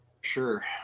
Sure